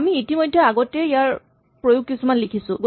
আমি ইতিমধ্যে আগতেই ইয়াৰ কিছুমান প্ৰয়োগ লিখিছোঁ